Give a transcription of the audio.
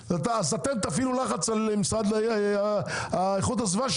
תפעילו לחץ על משרד איכות הסביבה,